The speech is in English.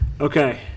Okay